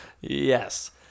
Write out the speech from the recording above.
Yes